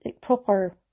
proper